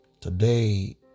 Today